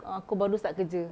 a~ aku baru start kerja